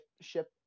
ship